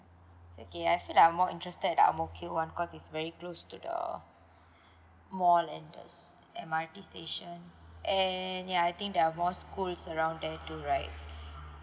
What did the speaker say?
is okay I feel like I more interested at ang mo kio [one] cause is very close to the mall and this M_R_T station and ya I think there are more school is around there too right